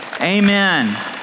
amen